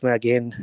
again